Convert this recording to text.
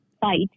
fight